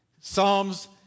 Psalms